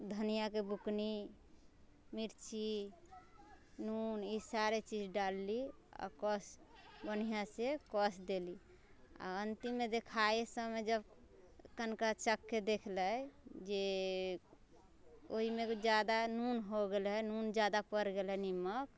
धनिआके बुकनी मिर्ची नून ई सारा चीज डालली अब बस बढ़िआँसँ कस देली आओर अन्तिममे देखाइ समय जब तनिका चखके देखले जे ओइमे कुछ जादा नून हो गेलै हय नून जादा पड़ि गेलै नीमक